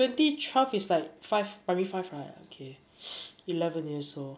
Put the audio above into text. twenty twelve is like five primary five right okay eleven years old